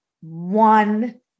one